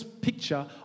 picture